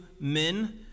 men